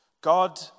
God